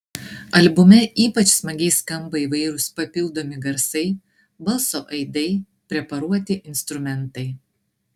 albume ypač smagiai skamba įvairūs papildomi garsai balso aidai preparuoti instrumentai